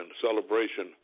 celebration